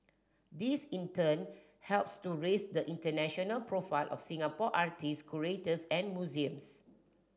this in turn helps to raise the international profile of Singapore artists curators and museums